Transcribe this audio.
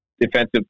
defensive